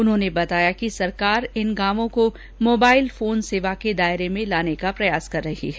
उन्होंने बताया कि सरकार इन गांवों को मोबाइल फोन सेवा के दायरे में लाने के प्रयास कर रही है